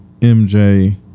MJ